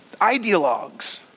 ideologues